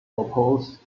oppose